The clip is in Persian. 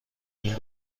این